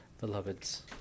beloveds